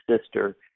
sister